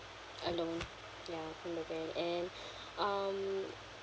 a loan ya from the bank and um